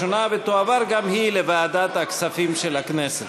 לוועדת הכספים נתקבלה.